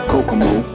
Kokomo